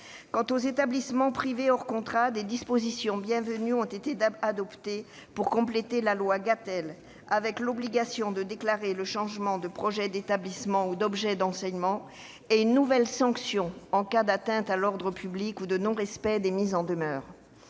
Quant aux établissements privés hors contrat, des dispositions bienvenues ont été adoptées pour compléter la loi Gatel. Il s'agit de l'obligation de déclarer le changement de projet d'établissement ou d'objet d'enseignement et la création d'une nouvelle sanction, en cas d'atteinte à l'ordre public ou de non-respect des mises en demeure.